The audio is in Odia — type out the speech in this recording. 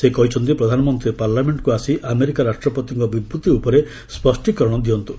ସେ କହିଛନ୍ତି ପ୍ରଧାନମନ୍ତ୍ରୀ ପାର୍ଲାମେଣ୍ଟକୁ ଆସି ଆମେରିକା ରାଷ୍ଟ୍ରପତିଙ୍କ ବିବୃତ୍ତି ଉପରେ ସ୍ୱଷ୍ଟୀକରଣ ଦିଅନ୍ତୁ